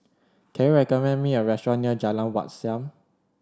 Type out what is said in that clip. can you recommend me a restaurant near Jalan Wat Siam